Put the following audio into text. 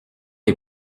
les